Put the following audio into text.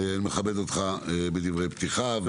אני מכבד אותך בדברי פתיחה,